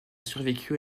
survécu